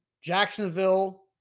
Jacksonville